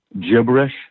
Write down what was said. gibberish